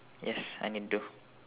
yes I'm Hindu